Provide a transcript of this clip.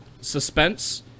suspense